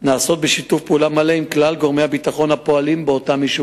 3. מה ייעשה כדי שלא יקרו מקרים מסוג זה בעתיד?